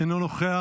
אינו נוכח,